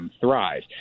thrive